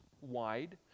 wide